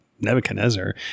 Nebuchadnezzar